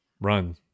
run